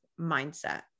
mindset